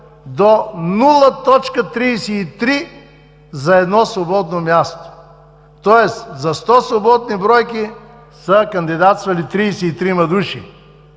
до 0,33 за едно свободно място. За 100 свободни бройки са кандидатствали 33 души.